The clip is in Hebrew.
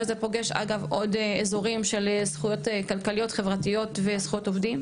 וזה פוגש אגב עוד אזורים של זכויות כלכליות חברתיות וזכויות עובדים,